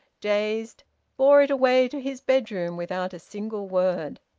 dazed, bore it away to his bedroom without a single word.